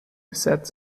said